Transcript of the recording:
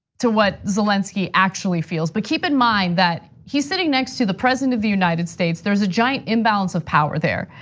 to what zelensky actually feels. but keep in mind that he's sitting next to the president of the united states. there's a giant imbalance of power there.